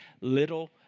little